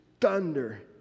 thunder